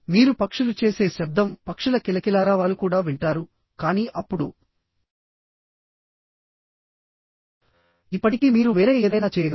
మీరు పక్షులు చేసే శబ్దం పక్షుల కిలకిలారావాలు కూడా వింటారు కానీ అప్పుడు ఇప్పటికీ మీరు వేరే ఏదైనా చేయగలరు